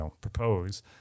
propose